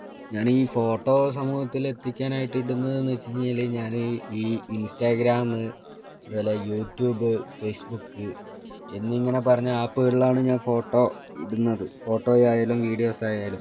ഞാൻ ഈ ഫോട്ടോ സമൂഹത്തിൽ എത്തിക്കാനായിട്ട് ഇടുന്നതെന്ന് വച്ചു കഴിഞ്ഞാൽ ഞാൻ ഈ ഇന്സ്റ്റാഗ്രാമ് അതുപോലെ യൂട്യൂബ് ഫേസ്ബുക്ക് എന്നിങ്ങനെ പറഞ്ഞ ആപ്പുകളിലാണ് ഞാൻ ഫോട്ടോ ഇടുന്നത് ഫോട്ടോ ആയാലും വീഡിയോസ് ആയാലും